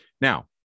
now